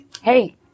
hey